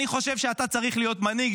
אני חושב שאתה צריך להיות מנהיג,